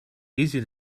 easy